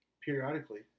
periodically